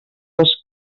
les